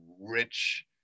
rich